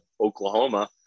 Oklahoma